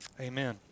amen